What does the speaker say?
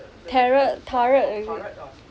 turret turret